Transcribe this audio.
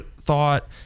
thought